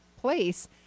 place